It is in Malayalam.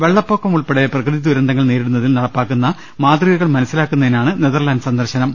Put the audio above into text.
വെള്ളപ്പൊക്കം ഉൾപ്പെടെ പ്രകൃതി ദുരന്തങ്ങൾ നേരിടുന്നതിൽ നടപ്പാക്കുന്ന മാതൃകകൾ മനസ്സി ലാക്കുന്നതിനാണ് നെതർലാൻഡ് സന്ദർശനം